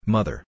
Mother